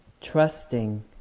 Trusting